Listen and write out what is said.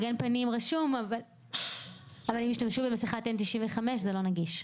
מגן פנים רשום אבל אם ישתמשו במסיכת N-95 זה לא נגיש.